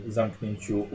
zamknięciu